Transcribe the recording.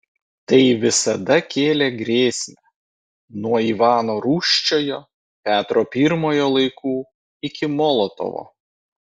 tai visada kėlė grėsmę nuo ivano rūsčiojo petro pirmojo laikų iki molotovo